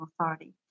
Authority